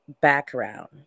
background